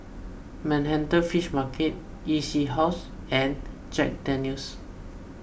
Manhattan Fish Market E C House and Jack Daniel's